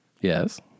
Yes